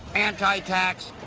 anti-tax,